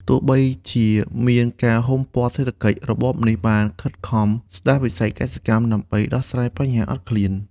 ទោះបីជាមានការហ៊ុមព័ទ្ធសេដ្ឋកិច្ច របបនេះបានខិតខំស្តារវិស័យកសិកម្មដើម្បីដោះស្រាយបញ្ហាអត់ឃ្លាន។